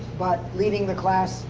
but leading the class.